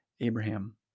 Abraham